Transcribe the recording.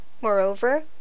Moreover